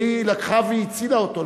והיא לקחה והצילה אותו.